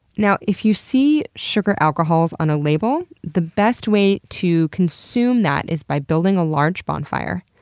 now, if you see sugar alcohols on a label, the best way to consume that is by building a large bonfire,